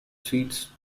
seats